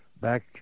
Back